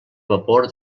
vapor